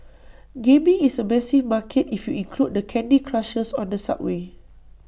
gaming is A massive market if you include the candy Crushers on the subway